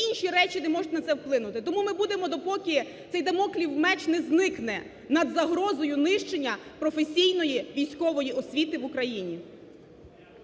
інші речі не можуть на це вплинути. Тому ми будемо, допоки цей домоклів меч не зникне над загрозою нищення професійної військової освіти в Україні.